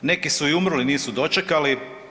Neki su i umrli, nisu dočekali.